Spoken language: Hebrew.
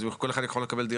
אז כל אחד מהם יכול לקבל דירה?